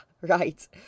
right